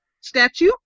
statue